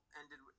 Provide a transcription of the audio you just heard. ended